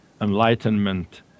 enlightenment